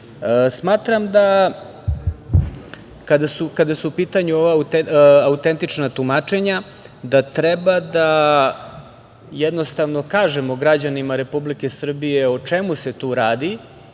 Srbije. Smatram da kada su u pitanju ova autentična tumačenja da treba da jednostavno kažemo građanima Republike Srbije o čemu se tu radi